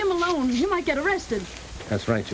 him alone you might get arrested that's right